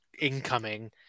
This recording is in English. incoming